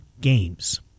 games